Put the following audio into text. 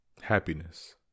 happiness